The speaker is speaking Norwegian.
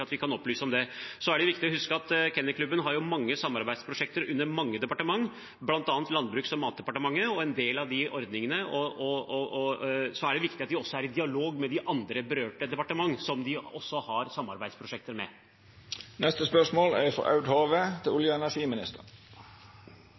at vi kan opplyse om det. Det er viktig å huske at Norsk Kennel Klub har mange samarbeidsprosjekter under mange departementer, bl.a. Landbruks- og matdepartementet, og det er viktig at vi også er i dialog med de andre berørte departementene de har samarbeidsprosjekter med. Eg har eit stutt og konkret spørsmål